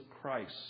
Christ